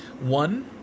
One